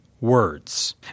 Words